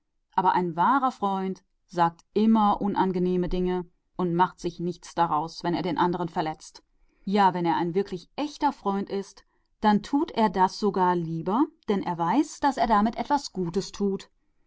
aber ein wahrer freund sagt stets unangenehme dinge und kümmert sich nicht darum ob er dem andern damit weh tut und wenn er ein wirklich wahrer freund ist dann tut er gern weh weil er weiß daß er damit gutes tut